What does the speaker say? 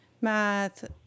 math